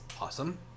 awesome